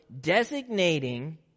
designating